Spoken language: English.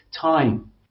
time